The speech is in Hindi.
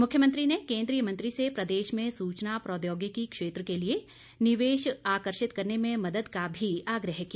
मुख्यमंत्री ने केन्द्रीय मंत्री से प्रदेश में सूचना प्रौद्योगिकी क्षेत्र के लिए निवेश आकर्षित करने में मदद का भी आग्रह किया